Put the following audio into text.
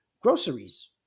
groceries